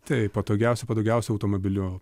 taip patogiausia patogiausia automobiliu